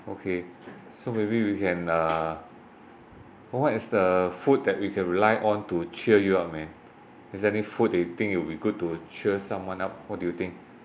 okay so maybe we can uh what is the food that you can rely on to cheer you up man is there any food that you think will be good to cheer someone up what do you think